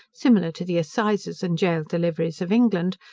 similar to the assizes and gaol deliveries of england,